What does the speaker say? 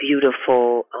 beautiful